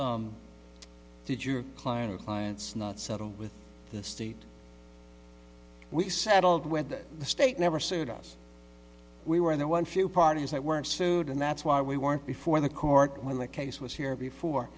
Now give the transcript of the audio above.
it did your client clients not settle with the state we settled with the state never sued us we were there one few parties that weren't sued and that's why we weren't before the court when the case was here before